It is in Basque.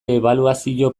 ebaluazio